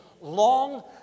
long